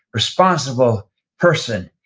responsible person.